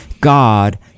God